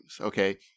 okay